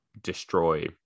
destroy